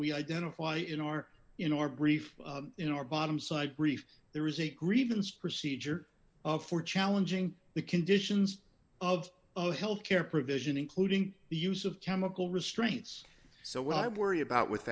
we identify in our in our brief in our bottom side brief there was a grievance procedure of four challenging the conditions of health care provision including the use of chemical restraints so why worry about with